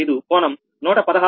885 కోణం 116